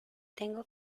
tengo